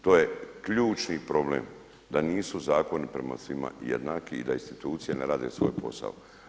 To je ključni problem da nisu zakoni prema svima jednaki i da institucije ne rade svoj posao.